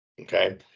okay